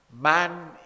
Man